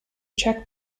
check